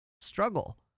struggle